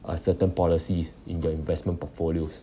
uh certain policies in their investment portfolios